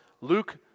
Luke